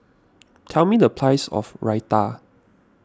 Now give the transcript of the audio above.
tell me the price of Raita